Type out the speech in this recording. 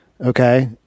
okay